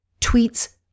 tweets